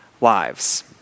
lives